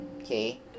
okay